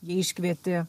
jie iškvietė